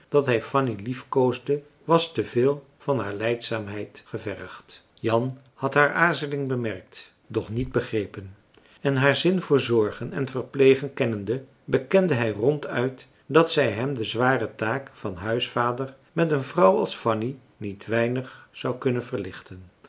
dat hij fanny liefkoosde was te veel van haar lijdzaamheid gevergd jan had haar aarzeling bemerkt doch niet begrepen en haar zin voor zorgen en verplegen kennende bekende hij ronduit dat zij hem de zware taak van huisvader met een vrouw als fanny niet weimarcellus emants een drietal novellen nig zou kunnen verlichten